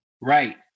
Right